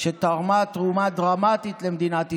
שתרמה תרומה דרמטית למדינת ישראל.